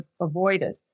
avoided